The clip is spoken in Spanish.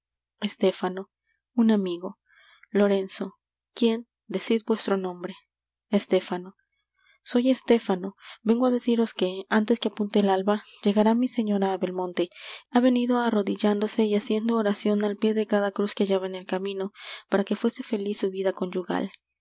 estéfano un amigo lorenzo quién decid vuestro nombre estéfano soy estéfano vengo á deciros que antes que apunte el alba llegará mi señora á belmonte ha venido arrodillándose y haciendo oracion al pié de cada cruz que hallaba en el camino para que fuese feliz su vida conyugal